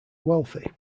wealthy